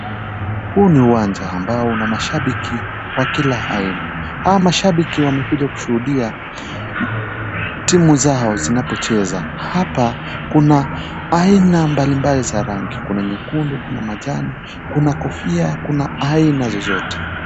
Huu ni uwanja ambao una mashabiki wa kila aina. Hawa mashabiki wamekuja kushuhudia timu zao zinapocheza. Hapa kuna aina mbalimbali za rangi, kuna nyekundu, kuna manjano, kuna kofia, kuna aina zozote.